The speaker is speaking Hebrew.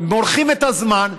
מורחים את הזמן,